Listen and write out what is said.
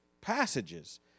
passages